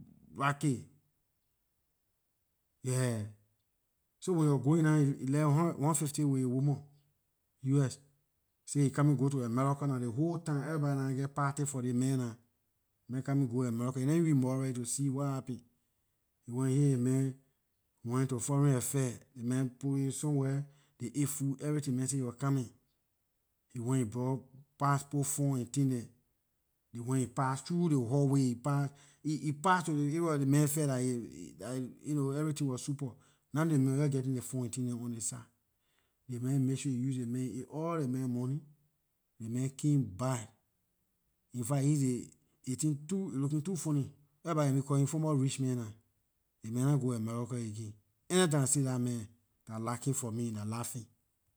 Rock it, yeah, so when ley wor going nah he left hundred one fifty with his woman us say he coming go to america nah ley whole town everybody nah geh party for ley man nah ley man coming go america he nah even reach monrovia yet to see what happen he went he and his man went to foreign affair ley man put him somewhere they ate food everything ley man he wor coming he went he brought passport form and tin dem they went he pass through ley hallway he pass- he pass to ley area ley felt dah you know everything wor super not knowing ley man wor geh getting ley form and tin dem on ley side ley man make sure he use ley man he ate all ley man money ley man came back infact he's dey ley tin looking too ley tin too funny every body can call him former rich man nah ley man nah go america again anytime I see dah man dah lacking for me dah laughing.